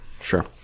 Sure